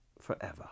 forever